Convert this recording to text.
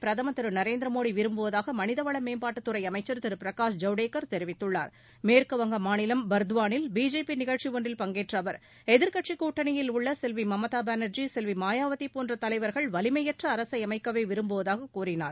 பிரதமா் திரு நரேந்திர மோடி விரும்புவதாக மனிதவள மேம்பாட்டுத் துறை அமைச்சர் மேற்குவங்க மாநிலம் பாதுவானில் பிஜேபி நிகழ்ச்சி ஒன்றில் பங்கேற்ற அவா் எதிாகட்சி கூட்டணியில் உள்ள செல்வி மம்தா பானாஜி செல்வி மாயாவதி போன்ற தலைவா்கள் வலிமையற்ற அரசை அமைக்கவே விரும்புவதாக கூறினார்